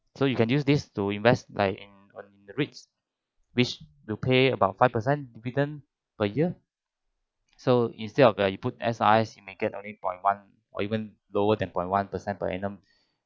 so you can use this to invest like REITS which will pay about five percent dividend per year so instead of like you put S_R_S you may get only by one or even lower than by one percent per annum